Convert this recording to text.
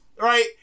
right